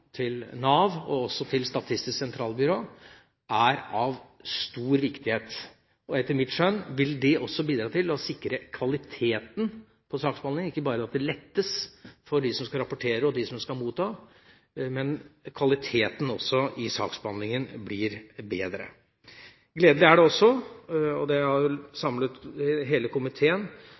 Nav og også til Statistisk sentralbyrå, er av stor viktighet. Etter mitt skjønn vil det også bidra til å sikre kvaliteten på saksbehandlingen – ikke bare at det blir lettere for dem som skal rapportere, og dem som skal motta, men kvaliteten på saksbehandlingen blir også bedre. Gledelig er det også – og det har samlet hele komiteen